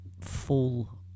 full